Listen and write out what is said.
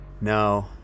No